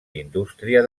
indústria